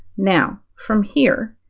now from here,